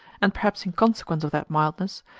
and perhaps in consequence of that mildness,